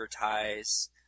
advertise